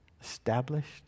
established